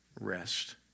rest